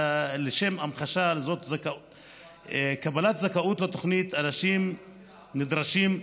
לשם המחשה: לקבלת זכאות לתוכנית אנשים נדרשים,